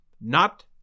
Not